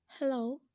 Hello